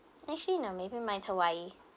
actually no maybe mine's hawaii